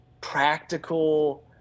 practical